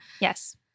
Yes